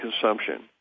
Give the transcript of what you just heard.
consumption